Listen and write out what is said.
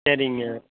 சரிங்க